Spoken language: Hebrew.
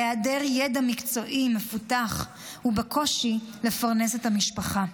בהיעדר ידע מקצועי מפותח ובקושי לפרנס את המשפחה.